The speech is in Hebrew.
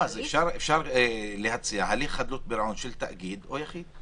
אפשר להציע הליך חדלות פירעון של תאגיד או יחיד.